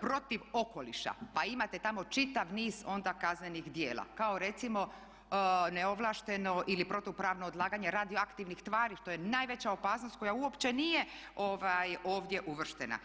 protiv okoliša pa imate tamo čitav niz onda kaznenih djela kao recimo neovlašteno ili protupravno odlaganje radioaktivnih tvari što je najveća opasnost koja uopće nije ovdje uvrštena.